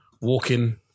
walking